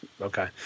Okay